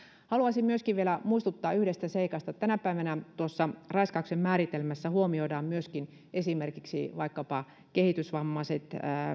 haluaisin myöskin vielä muistuttaa yhdestä seikasta tänä päivänä tuossa raiskauksen määritelmässä huomioidaan myöskin esimerkiksi vaikkapa kehitysvammaiset